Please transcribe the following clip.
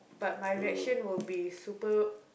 but my reaction will be super